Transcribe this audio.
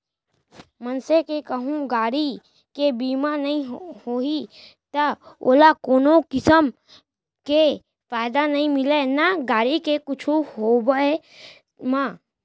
मनसे के कहूँ गाड़ी के बीमा नइ होही त ओला कोनो किसम के फायदा नइ मिलय ना गाड़ी के कुछु होवब म